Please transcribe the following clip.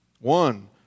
One